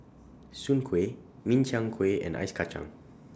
Soon Kway Min Chiang Kueh and Ice Kachang